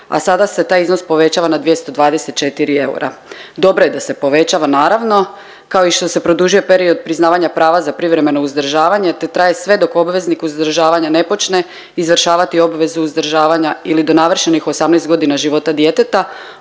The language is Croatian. a sada se taj iznos povećava na 224 eura. Dobro je da se povećava naravno kao i što se produžuje period priznavanja prava za privremeno uzdržavanje te traje sve dok obveznik uzdržavanja ne počne izvršavati obvezu uzdržavanja ili do navršenih 18 godina života djeteta